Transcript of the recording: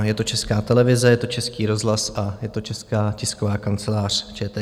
Je to Česká televize, je to Český rozhlas a je to Česká tisková kancelář, ČTK.